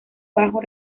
bajo